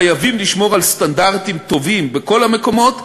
חייבים לשמור על סטנדרטים טובים בכל המקומות,